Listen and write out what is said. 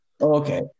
Okay